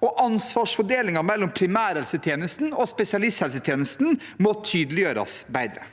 og ansvarsfordelingen mellom primærhelsetjenesten og spesialisthelsetjenenesten må tydeliggjøres bedre.